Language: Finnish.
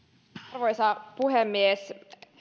arvoisa puhemies